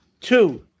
two